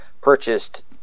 purchased